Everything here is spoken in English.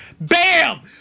Bam